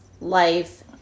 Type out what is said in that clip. life